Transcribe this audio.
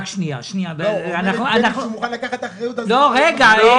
--- שהוא מוכן לקחת האחריות --- אני